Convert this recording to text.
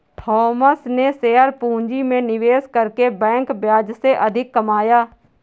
Thomas ने share पूंजी में निवेश करके बैंक ब्याज से अधिक कमाया